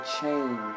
change